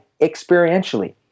experientially